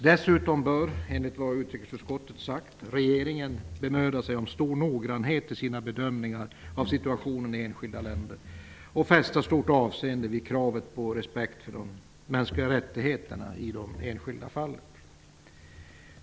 Dessutom bör, enligt vad utrikesutskottet sagt, regeringen bemöda sig om stor noggrannhet i sina bedömningar av situationen i enskilda länder och fästa stort avseende vid kravet på respekt för de mänskliga rättigheterna i de enskilda fallen.